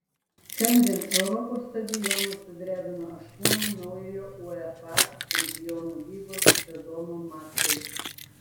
šiandien europos stadionus sudrebino aštuoni naujojo uefa čempionų lygos sezono mačai